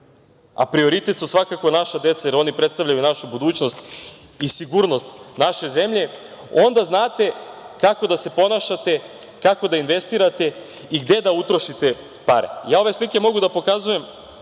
a prioritet su svakako naša deca, jer oni predstavljaju našu budućnost i sigurnost naše zemlje, onda znate kako da se ponašate, kako da investirate i gde da utrošite pare. Ove slike mogu da pokazujem